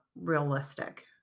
realistic